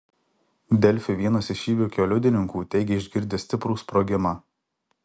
delfi vienas iš įvykio liudininkų teigė išgirdęs stiprų sprogimą